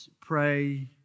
pray